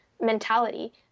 mentality